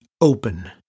open